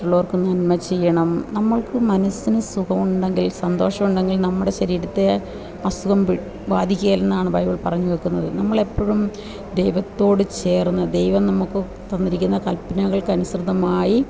മറ്റുള്ളവര്ക്ക് നന്മ ചെയ്യണം നമ്മള്ക്കു മനസ്സിനു സുഖമുണ്ടെങ്കിൽ സന്തോഷമുണ്ടെങ്കിൽ നമ്മുടെ ശരീരത്ത് അസുഖം പിടി ബാധിക്കുകയില്ലെന്നാണ് ബൈബിൾ പറഞ്ഞിരിക്കുന്നത് നമ്മൾ എപ്പോഴും ദൈവത്തോടു ചേർന്നു ദൈവം നമുക്കു തന്നിരിക്കുന്ന കൽപ്പനങ്ങൾക്ക് അനുസൃതമായി